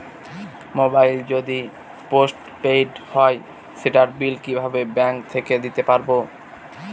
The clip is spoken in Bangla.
মোবাইল যদি পোসট পেইড হয় সেটার বিল কিভাবে ব্যাংক থেকে দিতে পারব?